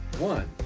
one,